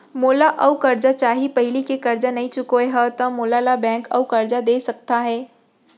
मोला अऊ करजा चाही पहिली के करजा नई चुकोय हव त मोल ला बैंक अऊ करजा दे सकता हे?